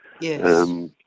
Yes